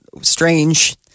strange